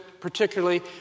particularly